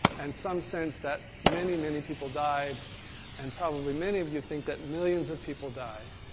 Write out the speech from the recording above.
and some sense that many, many people died and probably many of you think that millions of people died.